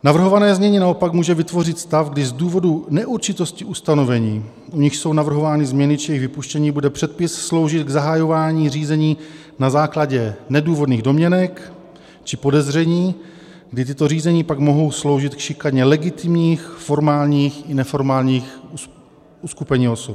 Navrhované znění naopak může vytvořit stav, kdy z důvodu neurčitosti ustanovení, v nichž jsou navrhovány změny či jejich vypuštění, bude předpis sloužit k zahajování řízení na základě nedůvodných domněnek či podezření, kdy tato řízení pak mohou sloužit k šikaně legitimních formálních i neformálních uskupení osob.